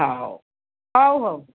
ହଉ ହଉ ହଉ